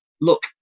look